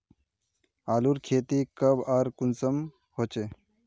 आलूर खेती कब आर कुंसम होचे?